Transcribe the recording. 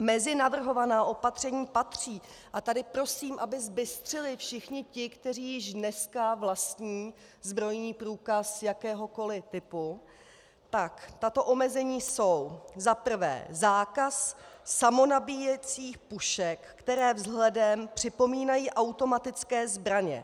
Mezi navrhovaná opatření patří a tady prosím, aby zbystřili všichni ti, kteří již dneska vlastní zbrojní průkaz jakéhokoli typu tak tato omezení jsou: Za prvé, zákaz samonabíjecích pušek, které vzhledem připomínají automatické zbraně.